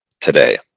today